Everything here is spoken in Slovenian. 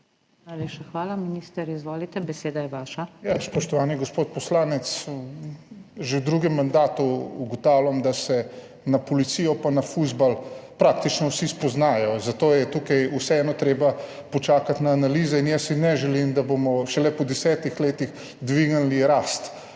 (minister za notranje zadeve):** Spoštovani gospod poslanec! Že v drugem mandatu ugotavljam, da se na policijo in na nogomet praktično vsi spoznajo, zato je tukaj vseeno treba počakati na analize in jaz si ne želim, da bomo šele po desetih letih dvignili rast